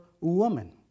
woman